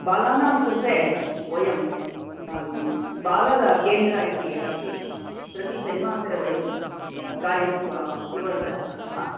बालानां कृते वयं बालकेन्द्रम् इति अस्ति प्रतिशनिवासरे वयं कार्यं कुर्वन्तस्सन्तः